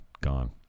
gone